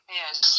yes